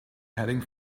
heading